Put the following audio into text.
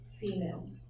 female